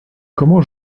comment